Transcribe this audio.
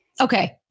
Okay